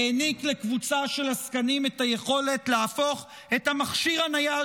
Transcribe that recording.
הוא העניק לקבוצה של עסקנים את היכולת להפוך את המכשיר הנייד,